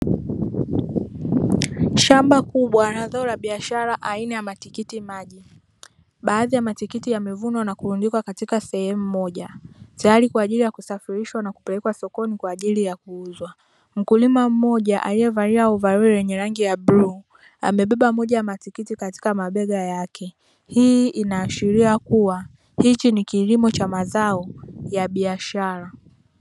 Shamba kubwa la zao la biashara aina ya matikiti maji. Baadhi ya matikiti yamevunwa na kurundikwa katika sehemu moja. Tayari kwa ajili ya kusafirishwa na kupelekwa sokoni kwa ajili ya kuuzwa. Mkulima mmoja aliyevalia ovaroli lenye rangi ya bluu amebeba moja ya matikiti katika mabega yake. Hii inaashiria kuwa hichi ni kilimo cha mazao ya biashara.